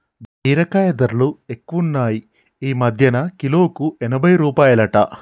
బీరకాయ ధరలు ఎక్కువున్నాయ్ ఈ మధ్యన కిలోకు ఎనభై రూపాయలట